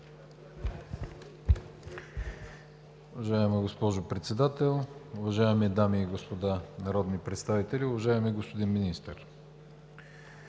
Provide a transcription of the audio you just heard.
Уважаема госпожо Председател, уважаеми дами и господа народни представители! Уважаеми господин Министър,